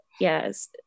yes